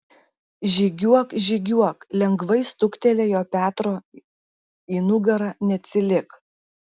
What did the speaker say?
žygiuok žygiuok lengvai stuktelėjo petro į nugarą neatsilik